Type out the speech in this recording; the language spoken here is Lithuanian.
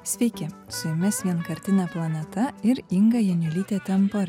sveiki su jumis vienkartinė planeta ir inga janiulytė tenpar